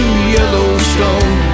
Yellowstone